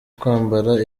kwambara